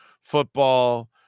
football